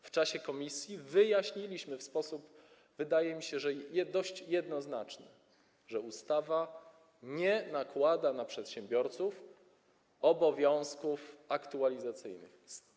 W czasie posiedzenia komisji wyjaśniliśmy w sposób, wydaje mi się, dość jednoznaczny, że ustawa nie nakłada na przedsiębiorców obowiązków aktualizacyjnych.